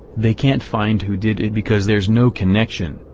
they can't find who did it because there's no connection,